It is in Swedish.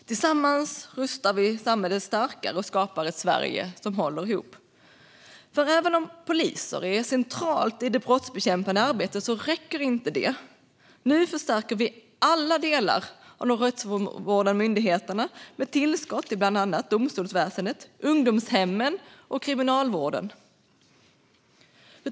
Tillsammans rustar vi samhället starkare och skapar ett Sverige som håller ihop. Även om poliser är centralt i det brottsbekämpande arbetet räcker inte det. Nu förstärker vi alla delar av de rättsvårdande myndigheterna med tillskott till bland annat domstolsväsendet, ungdomshemmen och Kriminalvården.